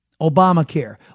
Obamacare